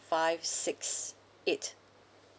five six eight